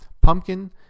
pumpkin